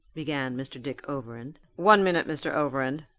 began mr. dick overend. one minute, mr. overend,